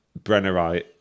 Brennerite